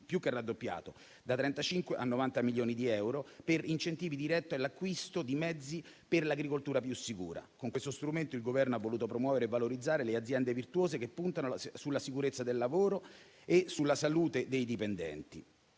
più che raddoppiato (da 35 a 90 milioni di euro) per incentivi diretti all'acquisto di mezzi per l'agricoltura più sicura. Con questo strumento il Governo ha voluto promuovere e valorizzare le aziende virtuose che puntano sulla sicurezza del lavoro e sulla salute dei dipendenti.